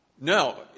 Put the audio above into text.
No